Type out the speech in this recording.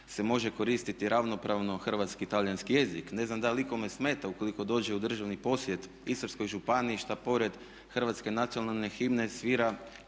se može koristiti ravnopravno hrvatski i talijanski jezik. Ne znam da li ikome smeta ukoliko dođe u državni posjet Istarskoj županiji što pored hrvatske nacionalne himne svira